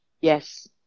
Yes